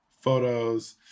Photos